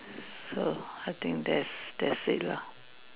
so I think that's that's it lah